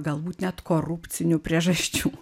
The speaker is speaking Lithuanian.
galbūt net korupcinių priežasčių